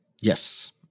Yes